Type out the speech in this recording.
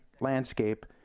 landscape